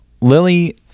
Lily